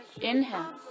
Inhale